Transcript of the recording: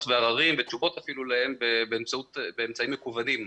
ועררים ותשובות אפילו אליהן באמצעים מקוונים.